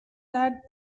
that